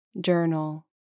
journal